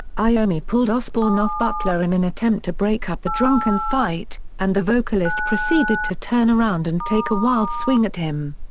iommi pulled osbourne off butler in an attempt to break up the drunken fight, and the vocalist proceeded to turn around and take a wild swing at him.